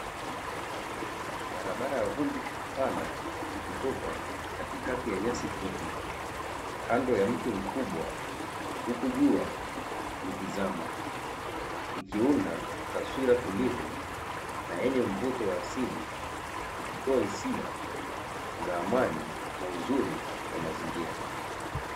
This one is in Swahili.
Barabara ya vumbi pana ikitoka katikati ya nyasi fupi kando ya mti mkubwa huku jua likizama. Ikiunda taswira tulivu na yenye mvuto wa asili, ikitoa hisia za amani na uzuri wa mazingira.